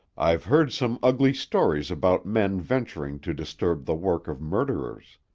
i've heard some ugly stories about men venturing to disturb the work of murderers.